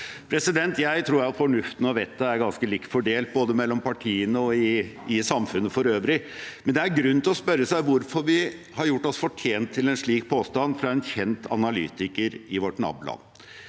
uken. Jeg tror at fornuften og vettet er ganske likt fordelt, både mellom partiene og i samfunnet for øvrig, men det er grunn til å spørre seg hvorfor vi har gjort oss fortjent til en slik påstand fra en kjent analytiker i vårt naboland.